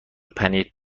پنیر